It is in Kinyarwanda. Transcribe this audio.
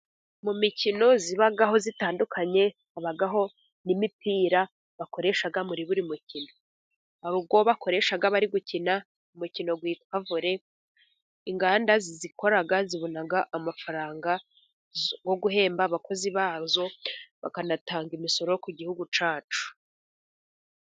Mu mikino ibaho itandukanye babaho n'imipira bakoresha muri buri mukino, hari uwo bakoresha bari gukina umukino witwa vole. Inganda zizikora zibona amafaranga yo guhemba abakozi bazo, bakanatanga imisoro ku gihugu cyacu.